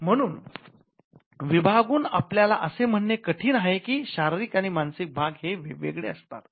म्हणून विभागून आपल्याला असे म्हणणे कठीण आहे की शारीरिक आणि मानसिक भाग हे वेगवेगळे असतात